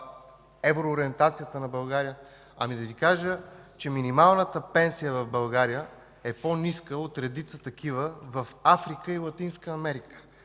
евроориентацията на България, да Ви кажа, че минималната пенсия в България е по-ниска от редица такива в Африка и Латинска Америка.